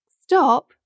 stop